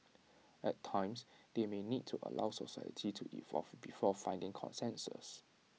at times they may need to allow society to evolve before finding consensus